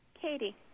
Katie